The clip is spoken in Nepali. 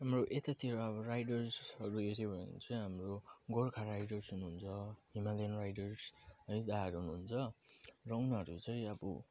हाम्रो यतातिर अब राइडर्सहरूले चाहिँ हो भने चाहिँ हाम्रो गोर्खा राइडर्स हुनुहुन्छ हिमालयन राइडर्स है दाहरू हुनुहुन्छ र उनीहरू चाहिँ अब